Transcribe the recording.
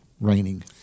raining